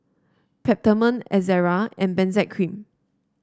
Peptamen Ezerra and Benzac Cream